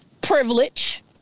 privilege